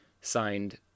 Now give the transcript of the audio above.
signed